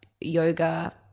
yoga